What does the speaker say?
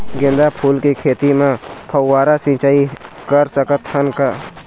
गेंदा फूल के खेती म फव्वारा सिचाई कर सकत हन का?